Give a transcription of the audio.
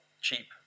cheap